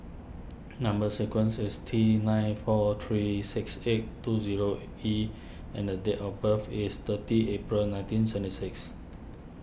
Number Sequence is T nine four three six eight two zero E and date of birth is thirty April nineteen senti six